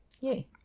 Yay